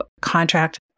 contract